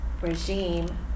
regime